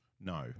no